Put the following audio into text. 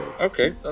okay